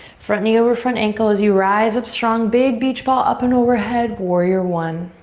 front knee over front ankle as you rise up strong. big beach ball up and overhead. warrior one.